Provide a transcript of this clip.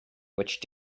which